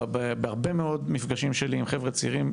בהרבה מאוד מפגשים שלי עם חבר'ה צעירים,